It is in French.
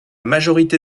majorité